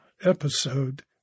episode